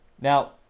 Now